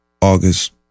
August